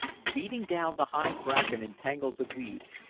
beating down the high bracken and tangles of weeds,